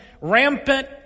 rampant